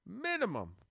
minimum